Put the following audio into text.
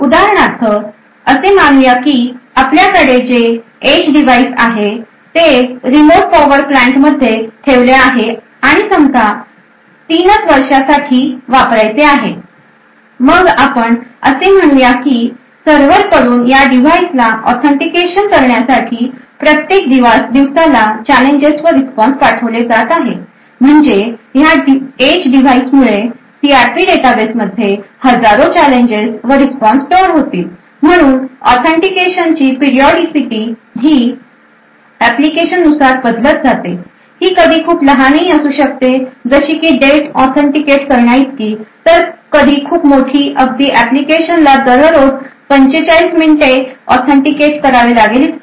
उदाहरणार्थ असे मानूया की आपल्याकडे जे एज डिव्हाइस आहे ते रिमोट पावर प्लांट मध्ये ठेवले आहे आणि समजा 3 वर्षां साठीच वापरायचे आहे मग आपण असे म्हणू या की सर्व्हर कडून या डिव्हाइस ला ऑथेंटिकेशन करण्यासाठी प्रत्येक दिवसाला चॅलेंजेस व रिस्पॉन्स पाठवले जात आहे म्हणजे या edge डिव्हाइस मुळे सीआरपी डेटाबेसमध्ये हजारो चॅलेंजेस व रिस्पॉन्स स्टोअर होतील म्हणून ऑथेंटिकेशन ची पीरियाडिसिटी ही ऍप्लिकेशन नुसार बदलत जाते ही कधी खूप लहान असू शकते जशी की डेट ऑथेंटिकेट करण्याइतकी तर कधी खूप मोठी अगदी ऍप्लिकेशन ला दररोज 45 मिनिटे ऑथेंटिकेट करावे लागेल इतकी